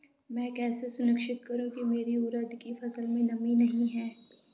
मैं कैसे सुनिश्चित करूँ की मेरी उड़द की फसल में नमी नहीं है?